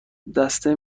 دسته